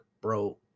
bro